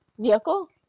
vehicle